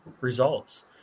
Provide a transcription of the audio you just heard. results